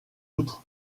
outre